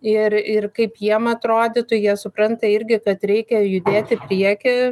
ir ir kaip jiem atrodytų jie supranta irgi kad reikia judėt į priekį